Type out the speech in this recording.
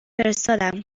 فرستادم